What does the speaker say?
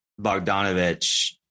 Bogdanovich